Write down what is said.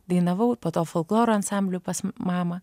dainavau po to folklorą ansamblio pas mamą